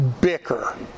bicker